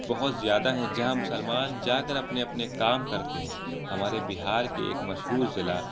بہت زیادہ ہیں جہاں مسلمان جا کر اپنے اپنے کام کرتے ہیں ہمارے بہار کے ایک مشہور ضلع